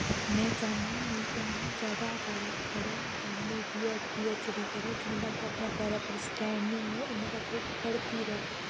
में चाह्न्नीं कि मेरी भैन जादा कशा जादा पढ़ै M A B Ed P H D करै जिन्ने तक ओह् अपनै पैरैं पर स्टैंड निं होऐ उन्ने तक ओह् पढ़दी रैह्